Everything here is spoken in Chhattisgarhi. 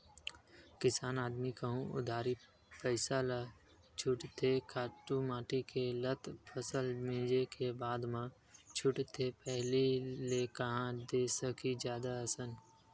किसान आदमी कहूँ उधारी पइसा ल छूटथे खातू माटी के ल त फसल मिंजे के बादे म छूटथे पहिली ले कांहा दे सकही जादा असन